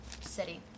city